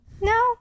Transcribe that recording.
no